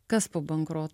kas po bankrot